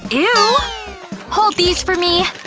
eww hold these for me